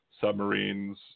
submarines